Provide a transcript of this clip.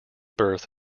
birth